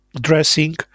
dressing